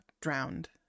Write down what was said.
drowned